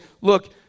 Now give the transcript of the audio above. look